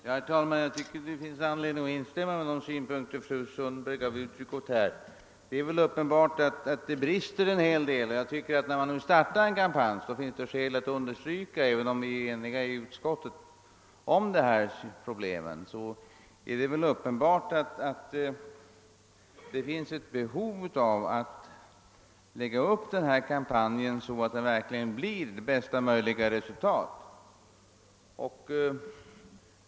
Herr talman! Jag tycker att det finns anledning instämma i de synpunkter som fru Sundberg gav uttryck åt. Det är uppenbart att det brister en hel del i fråga om turistinformationen, och det är skäl att understryka detta när vi nu startar en kampanj. även om vi inom utskottet är eniga om dessa problem måste ju kampanjen läggas upp så, att resultatet blir det bästa möjliga.